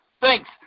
thanks